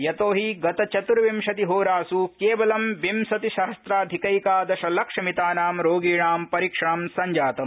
यतो हि गत चतुर्विशतिहोरासु केवलं विशतिसहसाधिकैकादशलक्षमितानां रोगिणां परीक्षणं संजातम्